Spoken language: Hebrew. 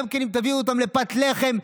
גם אם תביאו אותם לפת לחם,